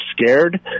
scared